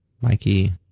Mikey